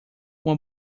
uma